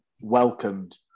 welcomed